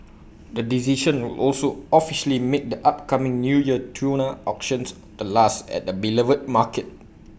the decision will also officially make the upcoming New Year tuna auctions the last at the beloved market